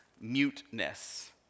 muteness